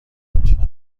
لطفا